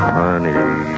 honey